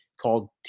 called